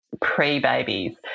Pre-babies